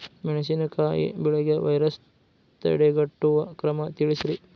ಮೆಣಸಿನಕಾಯಿ ಬೆಳೆಗೆ ವೈರಸ್ ತಡೆಗಟ್ಟುವ ಕ್ರಮ ತಿಳಸ್ರಿ